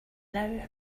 now